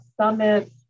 Summit